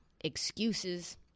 excuses